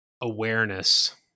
awareness